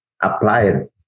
applied